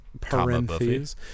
parentheses